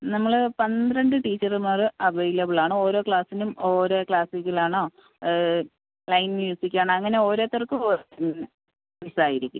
നമ്മൾ പന്ത്രണ്ട് ടീച്ചറുമാർ അവൈലബിൾ ആണ് ഓരോ ക്ലാസിനും ഓരോ ക്ലാസിക്കിൽ ആണോ ലൈ മ്യൂസിക്ക് ആണോ അങ്ങനെ ഓരോരുത്തർക്കും ഓരോ തന്നെ മിസ്സ് ആയിരിക്കും